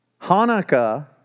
Hanukkah